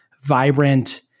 vibrant